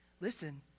listen